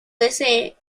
desee